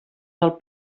del